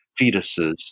fetuses